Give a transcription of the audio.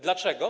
Dlaczego?